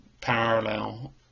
parallel